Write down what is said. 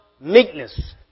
meekness